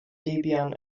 debian